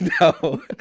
No